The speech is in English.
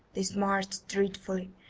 they smarted dreadfully,